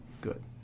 Good